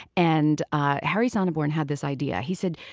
and ah harry sonneborn had this idea. he said,